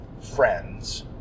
friends